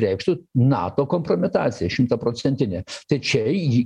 reikštų nato kompromitacija šimtaprocentinė tai čia į